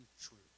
true